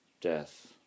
death